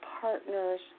partner's